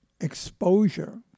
exposure